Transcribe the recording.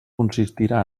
consistirà